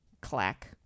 clack